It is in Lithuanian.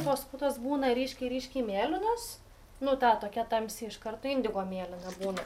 tos putos būna ryškiai ryškiai mėlynos nu ta tokia tamsi iš karto indigo mėlyna būna